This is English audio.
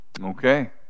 okay